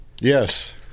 Yes